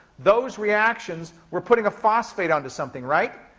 those reactions were putting a phosphate onto something, right?